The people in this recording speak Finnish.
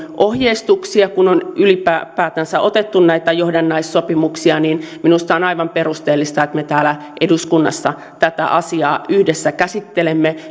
ohjeistuksia kun on ylipäätänsä otettu näitä johdannaissopimuksia niin minusta on aivan perusteltua että me täällä eduskunnassa tätä asiaa yhdessä käsittelemme